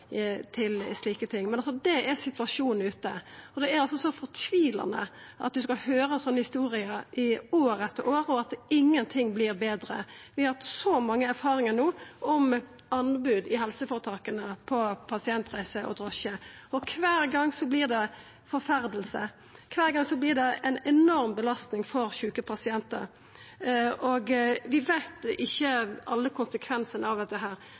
til slike ting. Dette er situasjonen ute, og det er altså så fortvilande å høyra slike historier år etter år, og at ingenting vert betre. Vi har no hatt så mange erfaringar med anbod på pasientreiser og drosjer i helseføretaka, og kvar gong vert ein forferda, kvar gong vert det ei enorm belastning for sjuke pasientar. Vi veit ikkje alle konsekvensane av dette,